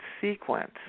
sequence